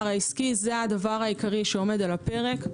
העסקי - זה הדבר המרכזי שעומד על הפרק,